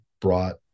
brought